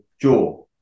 jaw